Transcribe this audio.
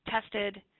tested